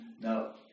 Now